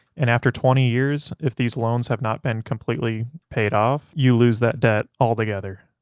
and after twenty years, if these loans have not been completely paid off, you lose that debt altogether.